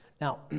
Now